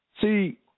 See